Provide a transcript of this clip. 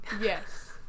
Yes